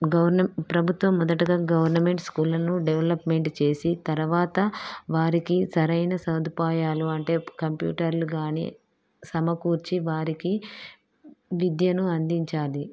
గవర్న ప్రభుత్వం మొదటగా గవర్నమెంట్ స్కూళ్ళను డెవలప్మెంట్ చేసి తరువాత వారికి సరైన సదుపాయాలు అంటే కంప్యూటర్లు కాని సమకూర్చి వారికి విద్యను అందించాలి